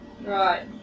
Right